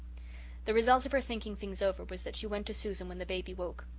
the result of her thinking things over was that she went to susan when the baby woke.